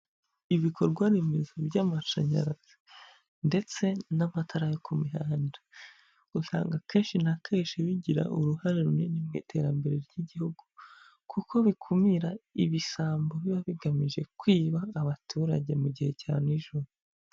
Ibikorwaremezo by'amashanyarazi ndetse n'amatara yo ku mihanda. Usanga akenshi na kenshi bigira uruhare runini mu iterambere ry'igihugu, kuko bikumira ibisambo biba bigamije kwiba abaturage mu gihe cya nijoro.